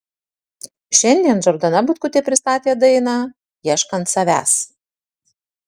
šiandien džordana butkutė pristatė dainą ieškant savęs